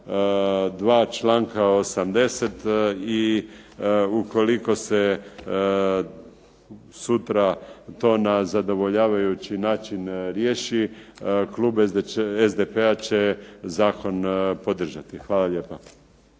2. čl. 80 i ukoliko se sutra to na zadovoljavajući način riješi klub SDP-a će zakon podržati. Hvala lijepo.